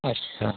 अच्छा